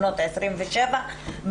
בנות 27,